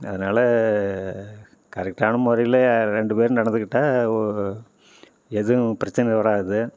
அதனால கரெட்டான முறையில ரெண்டு பேரும் நடந்துக்கிட்டால் ஒ எதுவும் பிரச்சனை வராது